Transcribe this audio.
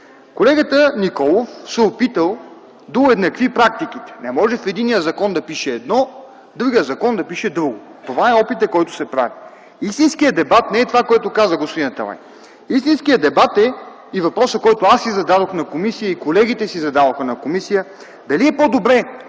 Колегата Николов като вносител се е опитал да уеднакви практиките. Не може в единия закон да пише едно, в другия закон да пише друго – това е опитът, който се прави. Истинският дебат не е това, което каза господин Аталай. Истинският дебат и въпросът, който аз си задавах на комисия, и колегите си задаваха на комисия, е дали е по-добре